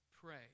pray